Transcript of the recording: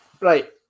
Right